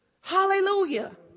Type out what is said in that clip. Hallelujah